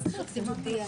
תודה רבה.